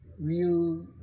real